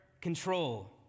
control